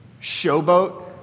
showboat